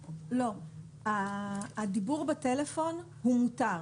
הדיבור בטלפון מותר.